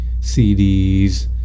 CDs